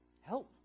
Help